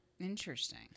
Interesting